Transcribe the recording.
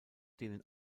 denen